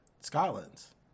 Scotland's